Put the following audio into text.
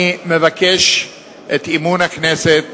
אני מבקש את אמון הכנסת